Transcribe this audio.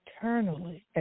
eternally